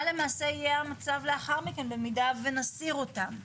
למעשה יהיה המצב לאחר מכן במידה ונסיר אותן?